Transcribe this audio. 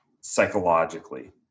psychologically